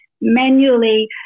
manually